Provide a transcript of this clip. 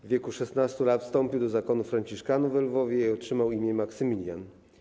W wieku 16 lat wstąpił do zakonu franciszkanów we Lwowie i otrzymał imię Maksymilian.